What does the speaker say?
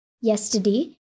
Yesterday